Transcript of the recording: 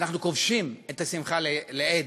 ואנחנו כובשים את השמחה לאיד.